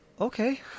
Okay